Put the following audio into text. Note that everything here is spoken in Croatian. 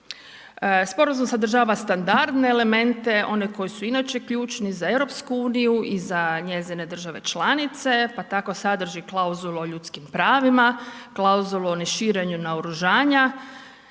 Sporazum standardne elemente, oni koji su inače ključni za EU i za njezine države članice pa tako sadrži klauzulu o ljudskim pravima, klauzulu o neširenju naoružanja